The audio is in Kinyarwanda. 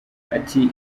ati